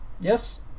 yes